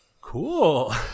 cool